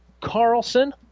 Carlson